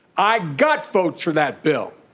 i got votes for that bill.